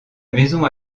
maison